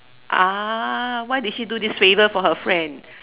ah why did he do this favor for her friend